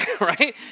Right